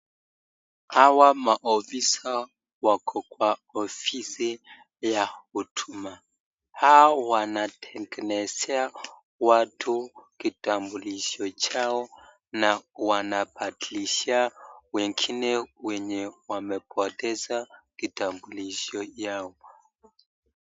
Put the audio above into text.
Hawa maofisa wako kwa ofisi ya huduma. Hawa wanatengenezea watu kitambulisho chao na wanabadilishia wengine wenye wamepoteza kitambulisho yao.